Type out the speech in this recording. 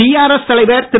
TRS தலைவர் திரு